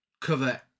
cover